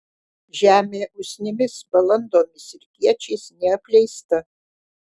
žemė usnimis balandomis ir kiečiais neapleista